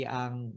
ang